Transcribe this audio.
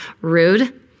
Rude